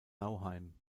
nauheim